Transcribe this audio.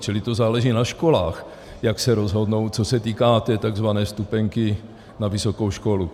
Čili to záleží na školách, jak se rozhodnou, co se týká tzv. vstupenky na vysokou školu.